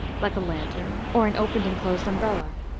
like a lantern, or an opened and closed umbrella,